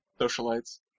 socialites